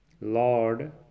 Lord